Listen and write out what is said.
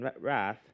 wrath